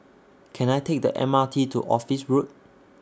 Can I Take The M R T to Office Road